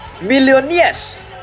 millionaires